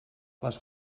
les